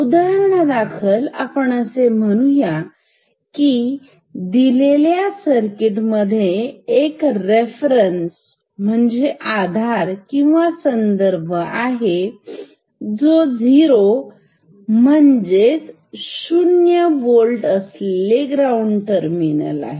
उदाहरणादाखल आपण असे म्हणू या की दिलेल्या सर्किट मध्ये एक रेफरन्स म्हणजेच आधार किंवा संदर्भ आहे जो झिरो म्हणजे शून्य होल्ट असलेले ग्राउंडेड आहे